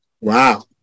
Wow